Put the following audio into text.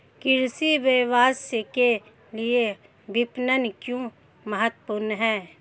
कृषि व्यवसाय के लिए विपणन क्यों महत्वपूर्ण है?